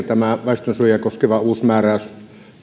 tämä väestönsuojia koskeva uusi määräys on tietysti erittäin hyvä asia